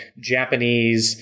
Japanese